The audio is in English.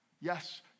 yes